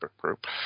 group